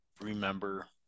remember